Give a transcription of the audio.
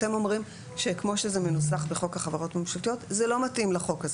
אתם אומרים שכמו שזה מנוסח בחוק החברות ממשלתיות זה לא מתאים לחוק הזה.